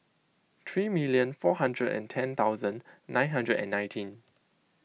three million four hurdred and ten thousand nine hundred and nineteen